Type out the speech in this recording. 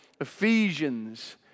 Ephesians